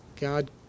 God